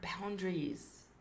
boundaries